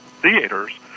theaters